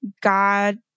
God